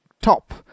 top